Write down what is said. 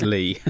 Lee